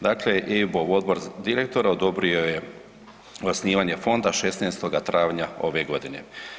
Dakle, EIB-ov odbor direktora odobrio je osnivanje fonda 16. travnja ove godine.